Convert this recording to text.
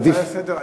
אז עדיף, עדיף שלא.